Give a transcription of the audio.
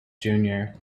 junior